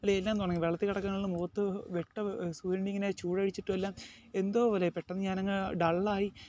പോലെ എല്ലാം തുടങ്ങി വെള്ളത്തിൽ കിടക്കുക ആണേലും മുഖത്ത് വെട്ടം സൂര്യൻ ഇങ്ങനെ ചൂട് അടിച്ചിട്ടുമെല്ലാം എന്തോപോലെ ആയി പെട്ടെന്ന് ഞാൻ അങ്ങ് ഡള്ളായി